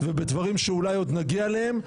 ובדברים שאולי עוד נגיע אליהם,